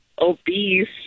obese